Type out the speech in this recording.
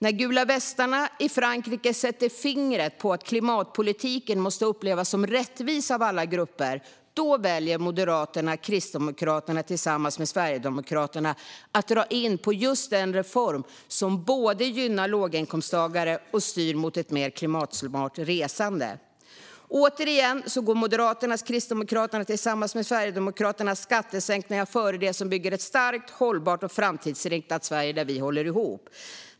När de gula västarna i Frankrike sätter fingret på att klimatpolitiken måste upplevas som rättvis av alla grupper, då väljer Moderaterna och Kristdemokraterna tillsammans med Sverigedemokraterna att dra in på just den reform som både gynnar låginkomsttagare och styr mot ett mer klimatsmart resande. Återigen går Moderaternas och Kristdemokraternas tillsammans med Sverigedemokraternas skattesänkningar före det som bygger ett starkt, hållbart och framtidsinriktat Sverige där vi håller ihop.